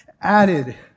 added